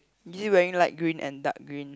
is he wearing light green and dark green